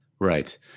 Right